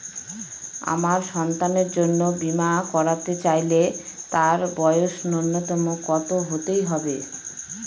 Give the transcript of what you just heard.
আমার সন্তানের জন্য বীমা করাতে চাইলে তার বয়স ন্যুনতম কত হতেই হবে?